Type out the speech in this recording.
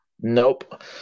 Nope